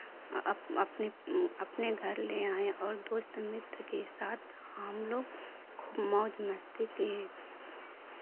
up अपने अपने घर ले आए और दोस्त मित्र के साथ हम लोग खूब मौज मस्ती किए